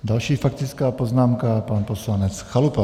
Další faktická poznámka pan poslanec Chalupa.